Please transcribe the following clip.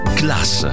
class